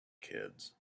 kids